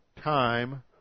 time